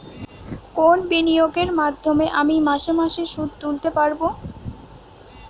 কোন বিনিয়োগের মাধ্যমে আমি মাসে মাসে সুদ তুলতে পারবো?